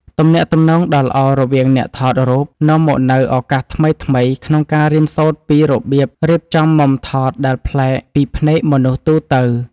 ទំនាក់ទំនងដ៏ល្អរវាងអ្នកថតរូបនាំមកនូវឱកាសថ្មីៗក្នុងការរៀនសូត្រពីរបៀបរៀបចំមុំថតដែលប្លែកពីភ្នែកមនុស្សទូទៅ។